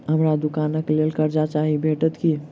हमरा दुकानक लेल कर्जा चाहि भेटइत की?